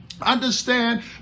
Understand